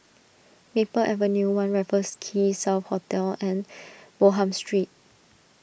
Maple Avenue one Raffles Quay South Hotel and Bonham Street